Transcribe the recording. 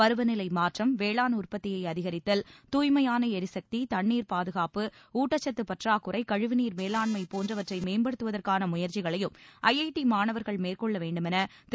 பருவநிலை மாற்றம் வேளாண் உற்பத்தியை அதிகரித்தல் தாய்மையான எரிசக்தி தண்ணீர் பாதுகாப்பு ஊட்டச்சத்து பற்றாக்குறை கழிவுநீர் மேலாண்மை போன்றவற்றை மேம்படுத்துவற்கான முயற்சிகளையும் ஐஐடி மாணவர்கள் மேற்கொள்ள வேண்டுமென திரு